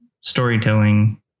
storytelling